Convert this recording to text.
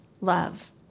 love